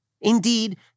Indeed